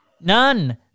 None